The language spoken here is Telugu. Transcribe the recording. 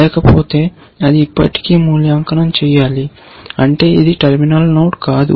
లేకపోతే అది ఇప్పటికీ మూల్యాంకనం చేయాలి అంటే ఇది టెర్మినల్ నోడ్ కాదు